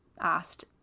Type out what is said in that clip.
asked